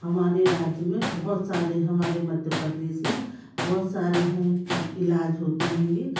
हमारे राज्य में बहुत सारे हमारे मध्य प्रदेश में बहुत सारे हैं इलाज होते हैं ये